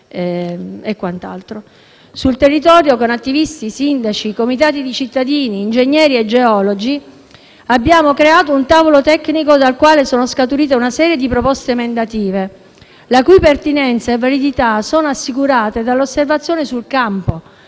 Sul territorio, con attivisti, sindaci, comitati di cittadini, ingegneri e geologi, abbiamo creato un tavolo tecnico dal quale sono scaturite una serie di proposte emendative, la cui pertinenza e validità sono assicurate dall'osservazione sul campo